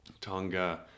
tonga